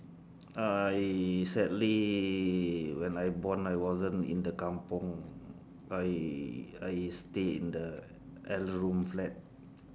I sadly when I born I wasn't in the kampung I I stay in the L room flat